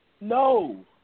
No